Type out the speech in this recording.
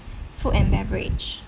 food and beverage